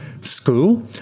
school